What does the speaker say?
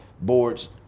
boards